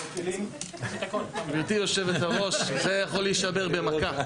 M16. גברתי יושבת הראש, זה יכול להישבר במכה.